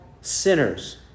sinners